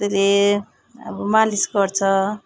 कतिले अब मालिस गर्छ